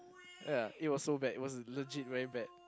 ya it was so bad it was legit very bad